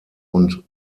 und